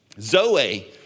Zoe